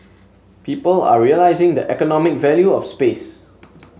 people are realising the economic value of space